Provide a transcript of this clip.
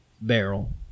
barrel